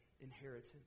inheritance